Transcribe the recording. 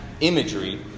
imagery